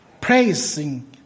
praising